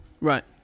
Right